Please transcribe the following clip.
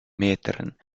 metern